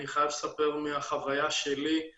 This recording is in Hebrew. אני חייב לספר מהחוויה שלי עם